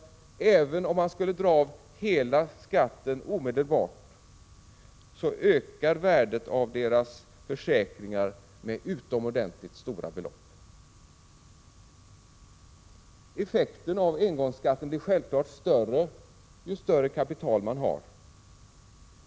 Även om man skulle dra av hela skatten omedelbart, ökar alltså värdet av deras försäkringar med utomordentligt stora belopp. Effekten av engångsskatten är självklart större ju större kapital man har.